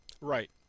Right